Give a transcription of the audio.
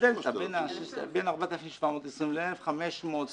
ההפרש בין 4,720 ל-1,500.